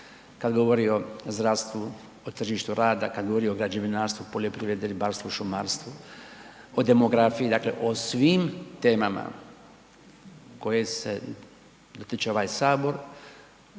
kad govori o zdravstvu, o tržištu rada, kada govori o građevinarstvu, poljoprivredi, ribarstvu, šumarstvu, o demografiji dakle o svim temama koje se dotiče ovaj Sabor